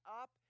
up